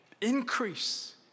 increase